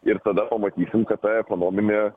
ir tada pamatysim kad ta ekonominė